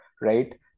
right